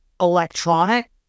electronic